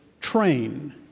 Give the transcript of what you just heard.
train